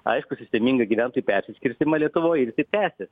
aiškų sistemingą gyventojų persiskirstymą lietuvoj ir jisai tęsis